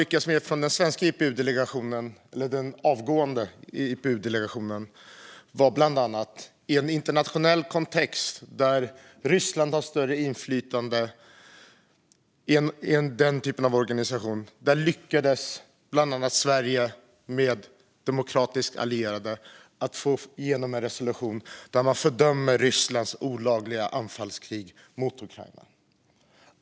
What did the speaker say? Det vi från den avgående svenska IPU-delegationen lyckades med tillsammans med demokratiska allierade var bland annat att i en internationell kontext få igenom en resolution där man fördömer Rysslands olagliga anfallskrig mot Ukraina.